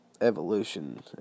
Evolution